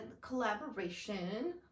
collaboration